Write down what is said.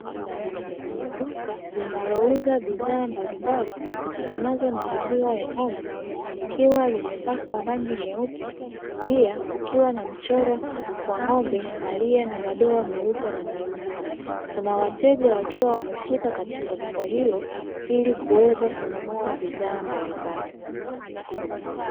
Duka linalouza bidhaa mbalimbali zitokanazo na maziwa ya ng'ombe likiwa limepakwa rangi nyeupe, pia kukiwa na mchoro wa ng'ombe aliye na madoa meupe na meusi. Kuna wateja wakiwa wamefika katika duka hilo ili kuweza kununua bidhaa mbalimbali.